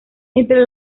entre